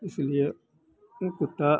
इसलिए कुत्ता